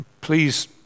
please